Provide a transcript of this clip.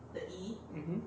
mmhmm